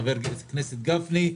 חבר הכנסת גפני,